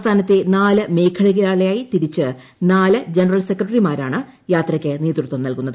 സംസ്ഥാനത്തെ നാലു മേഖലകളിലായി തിരിച്ച് നാല് ജനറൽ സെക്രട്ടറിമാരാണ് യാത്രയ്ക്ക് നേതൃത്വം നൽകുന്നത്